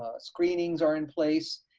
ah screenings are in place,